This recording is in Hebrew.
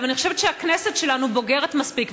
אבל אני חושבת שהכנסת שלנו בוגרת מספיק,